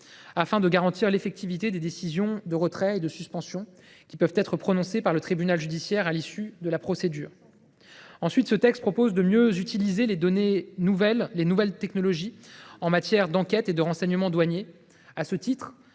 afin de garantir l’effectivité des décisions de retrait et de suspension pouvant être prononcées par le tribunal judiciaire à l’issue de la procédure. Ensuite, ce texte tend à mieux utiliser les nouvelles technologies en matière d’enquête et de renseignement douaniers.